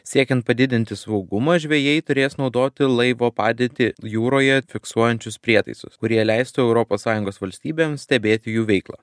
siekiant padidinti saugumą žvejai turės naudoti laivo padėtį jūroje fiksuojančius prietaisus kurie leistų europos sąjungos valstybėms stebėti jų veiklą